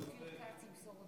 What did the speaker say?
נשמע מה